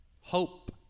Hope